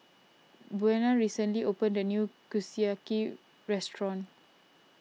Buena recently opened a new Kushiyaki restaurant